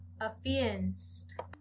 affianced